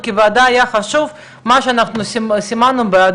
שאנחנו נדע מי